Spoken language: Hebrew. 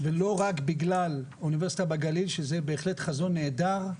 ולא רק בגלל אוניברסיטה בגליל שזה בהחלט חזון נהדר.